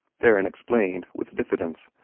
theron explained with diffidence.